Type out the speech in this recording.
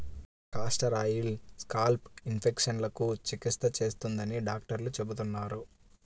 castor oil scalp ఇన్ఫెక్షన్లకు చికిత్స చేస్తుందని డాక్టర్లు చెబుతున్నారు